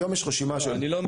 היום יש רשימה של --- לא,